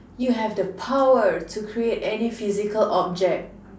you have the power to create any physical object